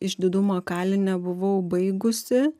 išdidumo kalinę buvau baigusi